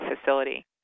facility